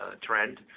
trend